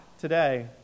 today